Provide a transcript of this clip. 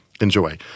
Enjoy